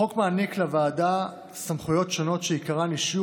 החוק מעניק לוועדה סמכויות שונות שעיקרן אישור